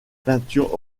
peintures